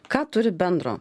ką turi bendro